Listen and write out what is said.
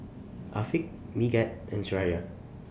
Afiq Megat and Suraya